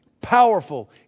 powerful